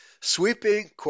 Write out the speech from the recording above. sweeping